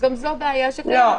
גם זו בעיה שקיימת,